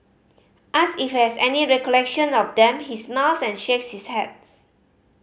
asked if he has any recollection of them he smiles and shakes his heads